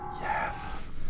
Yes